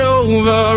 over